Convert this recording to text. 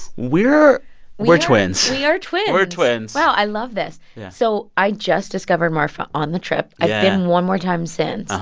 we're we're twins we are twins we're twins wow, i love this. yeah so i just discovered marfa on the trip. i've been one more time since.